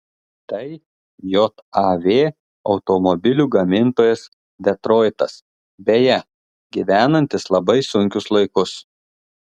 tai jav automobilių gamintojas detroitas beje gyvenantis labai sunkius laikus